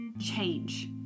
change